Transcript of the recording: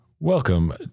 Welcome